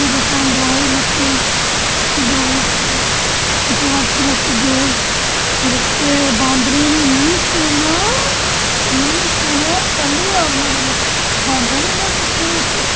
ओहदे तांई दवाई लेती उसी दवाई खलाईओहदे बाद फिर अस गे रस्ते बांदरे दी इन्नी सेना इन्नी सेना पैहली बार में कुते बांदर इन्ने तक्के उत्थै